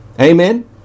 Amen